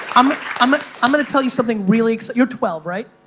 um i'm ah i'm gonna tell you something really, you're twelve right?